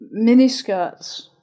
miniskirts